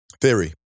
Theory